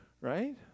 right